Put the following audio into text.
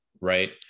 right